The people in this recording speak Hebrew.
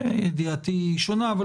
ידיעתי שונה, אבל